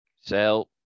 Sell